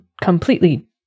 completely